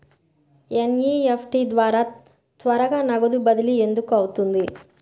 NEFT ద్వారా త్వరగా నగదు బదిలీ ఎందుకు అవుతుంది?